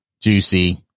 juicy